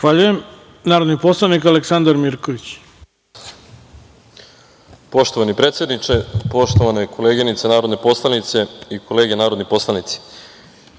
Aleksandar Mirković. **Aleksandar Mirković** Poštovani predsedniče, poštovane koleginice narodne poslanice i kolege narodni poslanici,